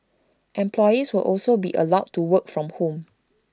employees will also be allowed to work from home